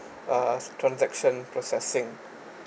uh transaction processing